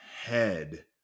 head